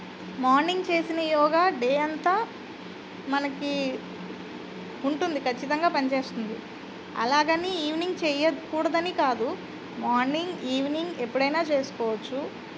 morning చేసిన yoga day అంతా మనకి ఉంటుంది కచ్చితంగా పనిచేస్తుంది అలాగని ఈవెనింగ్ చేయకూడదని కాదు మార్నింగ్ ఈవినింగ్ ఎప్పుడైనా చేసుకోవచ్చు